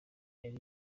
yari